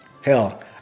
Hell